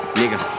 nigga